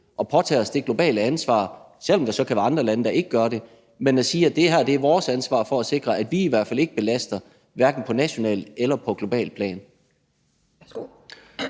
at påtage os det globale ansvar, selv om der så kan være andre lande, der ikke gør det, og at sige, at det er vores ansvar at sikre, at vi i hvert fald hverken belaster på nationalt eller globalt plan.